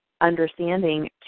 understanding